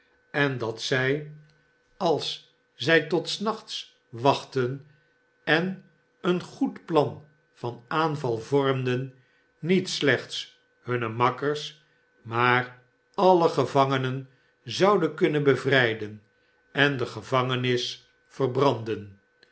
en dat zij als zij tot des nachts wachtten en een goed plan van aanval vormden niet slechts hunne makkers maar alle gevangenen zouden kunnen bevrijden en de gevangenis verbranden